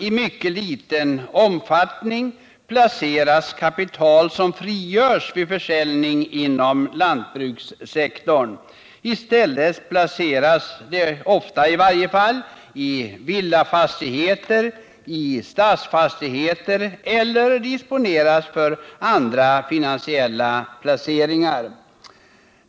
I mycket liten omfattning placeras det kapital som frigörs vid försäljning inom lantbrukssektorn. I stället placeras det, i varje fall ofta, i villafastigheter och stadsfastigheter eller disponeras för andra finansiella placeringar.